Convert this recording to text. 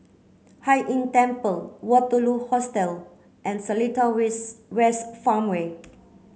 Hai Inn Temple Waterloo Hostel and Seletar West Farmway